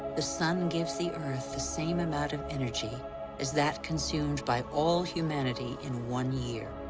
the sun gives the earth the same amount of energy as that consumed by all humanity in one year.